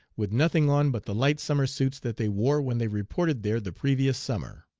with nothing on but the light summer suits that they wore when they reported there the previous summer.